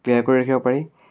clear কৰি ৰাখিব পাৰি